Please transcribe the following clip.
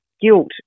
guilt